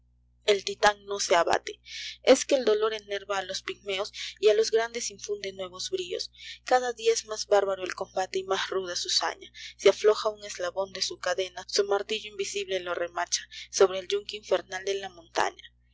el titan no se abate i es que el dolor enerva á los pigmeos y á los grandes infunde nuevos briosl cada dia es mas bárbaro el combate y mas ruda su zaña si afloja un eslabon de su cadena un martillo invisible lo remacha sobre el yunque infernal de la montafta